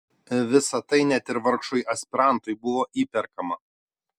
visa tai net ir vargšui aspirantui buvo įperkama